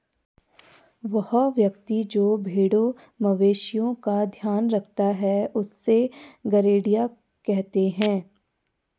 वह व्यक्ति जो भेड़ों मवेशिओं का ध्यान रखता है उससे गरेड़िया कहते हैं